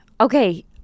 Okay